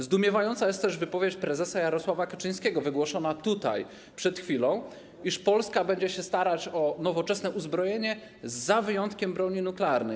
Zdumiewająca jest też wypowiedź prezesa Jarosława Kaczyńskiego wygłoszona tutaj, przed chwilą, iż Polska będzie się starać o nowoczesne uzbrojenie z wyjątkiem broni nuklearnej.